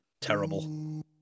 Terrible